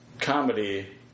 comedy